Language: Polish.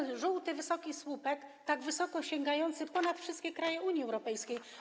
To ten żółty, wysoki słupek, tak wysoko sięgający ponad wszystkie kraje Unii Europejskiej.